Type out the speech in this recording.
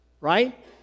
right